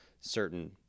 certain